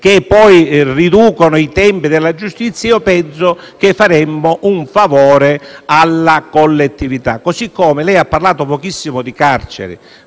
che riducono i tempi della giustizia, penso che faremmo un favore alla collettività. Lei ha poi parlato pochissimo di carceri.